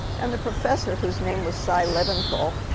and the professor, whose name was cy leventhal,